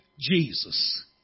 Jesus